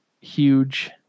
huge